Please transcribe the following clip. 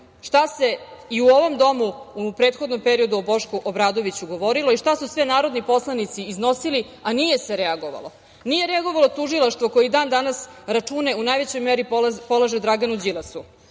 šta se i u ovom domu u prethodnom periodu o Bošku Obradoviću govorilo i šta su sve narodni poslanici iznosili, a nije se reagovalo. Nije reagovalo ni tužilaštvo koje i dan danas račune u najvećoj meri polaže Draganu Đilasu,